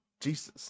jesus